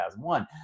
2001